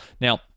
Now